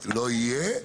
לא יהיה.